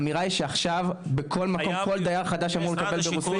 האמירה היא שעכשיו בכל מקום כל דייר חדש אמור לקבל ברוסית?